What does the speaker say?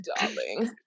darling